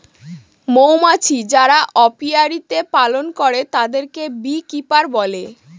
মৌমাছি যারা অপিয়ারীতে পালন করে তাদেরকে বী কিপার বলে